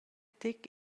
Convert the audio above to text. tec